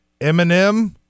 Eminem